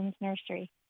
nursery